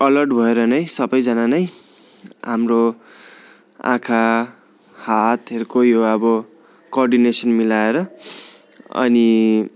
alert भएर नै सबैजना नै हाम्रो आँखा हातहरूको यो अब कोअर्डिनेसन् मिलाएर अनि